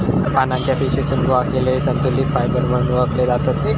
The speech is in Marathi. पानांच्या पेशीतसून गोळा केलले तंतू लीफ फायबर म्हणून ओळखले जातत